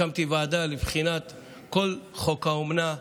הקמתי ועדה לבחינת כל חוק האומנה.